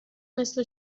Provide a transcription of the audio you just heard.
مثل